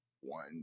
one